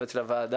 לצוות של הוועדה.